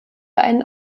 einen